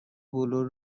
بلور